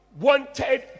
wanted